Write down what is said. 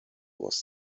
was